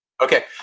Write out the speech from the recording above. Okay